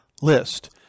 list